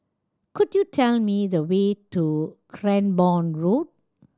could you tell me the way to Cranborne Road